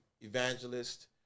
evangelist